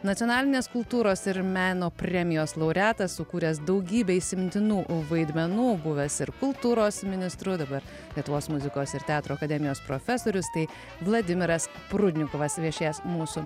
nacionalinės kultūros ir meno premijos laureatas sukūręs daugybę įsimintinų vaidmenų buvęs ir kultūros ministru dabar lietuvos muzikos ir teatro akademijos profesorius tai vladimiras prudnikovas viešėjęs mūsų